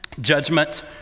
Judgment